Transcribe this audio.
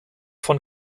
von